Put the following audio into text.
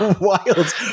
wild